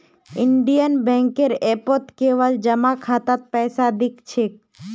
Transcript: Indian बैंकेर ऐपत केवल जमा खातात पैसा दि ख छेक